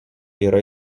yra